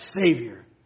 Savior